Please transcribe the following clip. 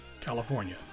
California